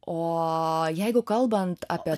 o jeigu kalbant apie